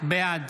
בעד